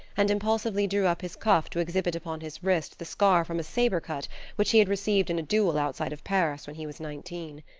and impulsively drew up his cuff to exhibit upon his wrist the scar from a saber cut which he had received in a duel outside of paris when he was nineteen.